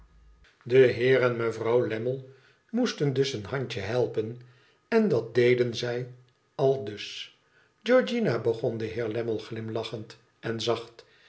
de heer en mevrouw lammie moesten dus een handje helpen en dat deden zij aldus georgiana begon de heer lammie glimlachend en zacht